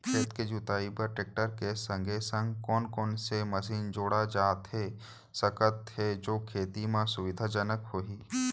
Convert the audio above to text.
खेत के जुताई बर टेकटर के संगे संग कोन कोन से मशीन जोड़ा जाथे सकत हे जो खेती म सुविधाजनक होही?